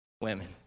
Women